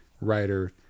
writer